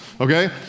okay